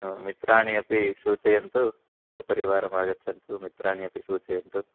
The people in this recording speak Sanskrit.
मित्राणि अपि सूचयन्तु सपरिवारम् आगच्छन्तु मित्राणि अपि सूचयन्तु